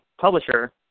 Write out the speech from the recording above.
publisher